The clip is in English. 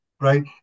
right